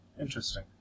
interesting